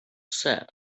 said